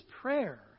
prayer